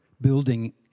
building